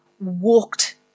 walked